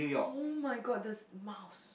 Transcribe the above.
[oh]-my-god the mouse